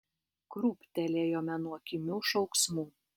krūptelėjome nuo kimių šauksmų